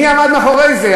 מי עמד מאחורי זה?